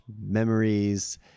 memories